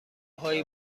هایی